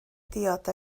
diod